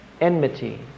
Enmity